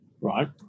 right